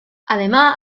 además